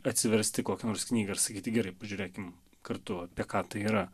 atsiversti kokią nors knygą ir sakyti gerai pažiūrėkim kartu apie ką tai yra